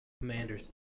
Commanders